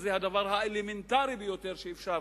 שזה הדבר האלמנטרי ביותר שאפשר